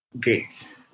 Great